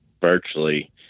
virtually